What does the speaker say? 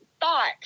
thought